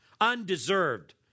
undeserved